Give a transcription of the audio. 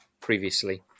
previously